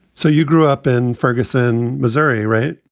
so you grew up in ferguson, missouri, right?